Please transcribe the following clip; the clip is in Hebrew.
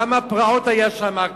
כמה פרעות היו שם,